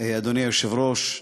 אדוני היושב-ראש,